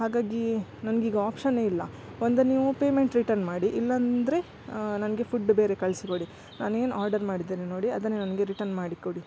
ಹಾಗಾಗಿ ನನಗೀಗ ಆಪ್ಷನೇ ಇಲ್ಲ ಒಂದ ನೀವು ಪೇಮೆಂಟ್ ರಿಟರ್ನ್ ಮಾಡಿ ಇಲ್ಲಂದರೆ ನನಗೆ ಫುಡ್ ಬೇರೆ ಕಳಿಸಿಕೊಡಿ ನಾನು ಏನು ಆರ್ಡರ್ ಮಾಡಿದ್ದೇನೆ ನೋಡಿ ಅದನ್ನೇ ನನಗೆ ರಿಟನ್ ಮಾಡಿಕೊಡಿ